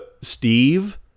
Steve